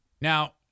now